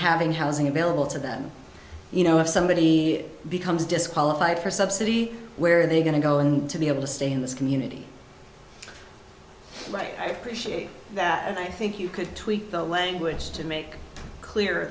having housing available to them you know if somebody becomes disqualified for subsidy where are they going to go and to be able to stay in this community like i appreciate that and i think you could tweak the language to make clear